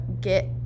get